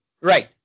right